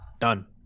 Done